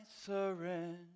surrender